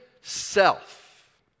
self